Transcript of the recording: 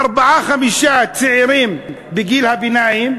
ארבעה-חמישה צעירים בגיל הביניים,